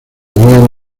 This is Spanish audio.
huían